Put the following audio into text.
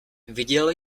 viděl